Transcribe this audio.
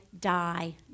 die